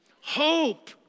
Hope